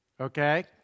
okay